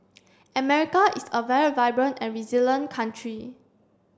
America is a very vibrant and resilient country